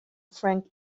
frank